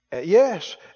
Yes